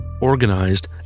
organized